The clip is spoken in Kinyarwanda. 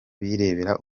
birebera